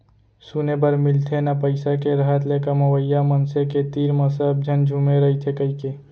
सुने बर मिलथे ना पइसा के रहत ले कमवइया मनसे के तीर म सब झन झुमे रइथें कइके